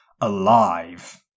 alive